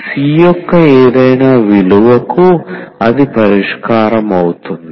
C యొక్క ఏదైనా విలువకు అది పరిష్కారం అవుతుంది